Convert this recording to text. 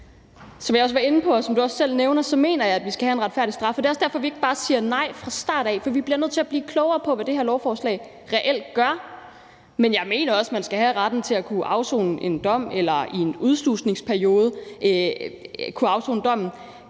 Som jeg også var inde på, og som du også selv nævner, mener jeg, at der skal være en retfærdig straf. Og det er også derfor, vi ikke bare siger nej fra starten, for vi bliver nødt til at blive klogere på, hvad det her lovforslag reelt gør. Men jeg mener også, at man skal have retten til at kunne afsone en dom i en udslusningsperiode med fodlænke,